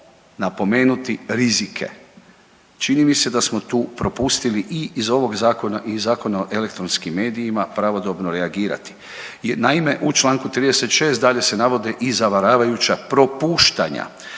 napomenuti rizike. Čini mi se da smo tu propustili i iz ovog Zakona i i Zakona o elektronskim medijima pravodobno reagirati jer naime u čl. 36. dalje se navode i zavaravajuća propuštanja,